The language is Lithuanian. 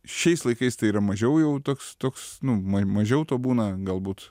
šiais laikais tai yra mažiau jau toks toks nu ma mažiau to būna galbūt